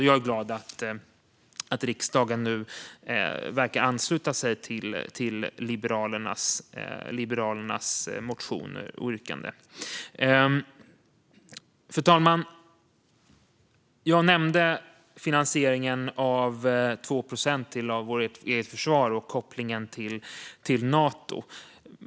Jag är glad att riksdagen nu verkar ansluta sig till Liberalernas motioner och yrkanden. Fru talman! Jag nämnde finansieringen av 2 procent till vårt eget försvar och kopplingen till Nato.